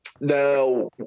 Now